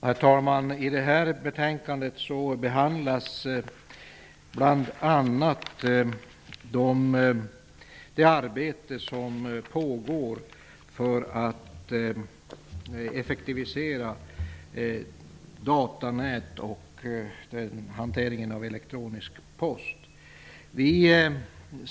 Herr talman! I det här betänkandet behandlas bl.a. frågor kring det arbete som pågår för att effektivisera datanät och hanteringen av elektronisk post.